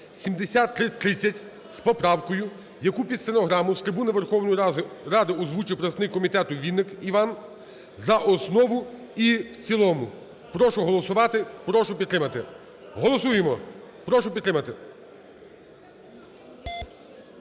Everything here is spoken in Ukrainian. (7330) з поправкою, яку під стенограму з трибуни Верховної Ради озвучив представник комітету Вінник Іван, за основу і в цілому. Прошу голосувати. Прошу підтримати. Голосуємо. Прошу підтримати.